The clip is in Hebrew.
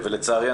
לצערי,